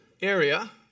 area